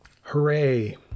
hooray